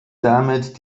damit